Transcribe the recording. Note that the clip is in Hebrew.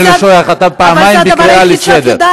אני ארשום לחברים, על האוטו.